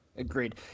Agreed